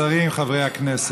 כבוד השר, כבוד השרים, חברי הכנסת,